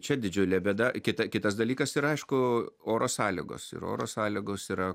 čia didžiulė bėda kita kitas dalykas yra aišku oro sąlygos ir oro sąlygos yra